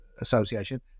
association